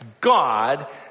God